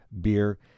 beer